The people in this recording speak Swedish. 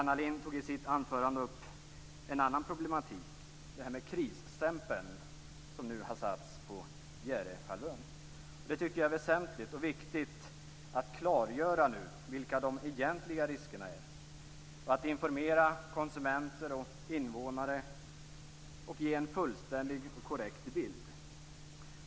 Anna Lindh tog i sitt anförande upp en annan problematik. Det gäller den krisstämpel som nu har satts på Bjärehalvön. Jag tycker att det är väsentligt och viktigt att nu klargöra vilka de egentliga riskerna är. Man måste informera konsumenter och invånare, och ge en fullständig och korrekt bild.